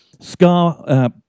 Scar